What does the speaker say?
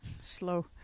Slow